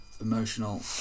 emotional